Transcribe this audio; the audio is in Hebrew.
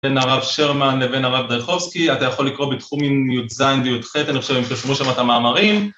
בין הרב שרמן לבין הרב דרכובסקי, אתה יכול לקרוא בתחומים מי"ז וי"ח אני חושב, הם כתבו שם את המאמרים